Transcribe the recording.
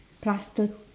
plus the